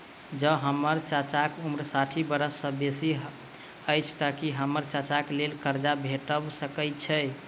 जँ हम्मर चाचाक उम्र साठि बरख सँ बेसी अछि तऽ की हम्मर चाचाक लेल करजा भेटब संभव छै?